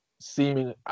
seeming